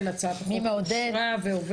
הצבעה אושר